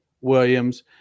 Williams